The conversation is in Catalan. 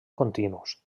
continus